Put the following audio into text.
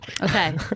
Okay